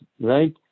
right